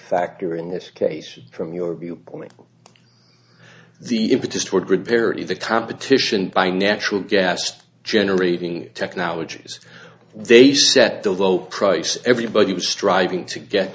factor in this case from your viewpoint the impetus toward grid parity the competition by natural gas generating technologies they set the low price everybody was striving to get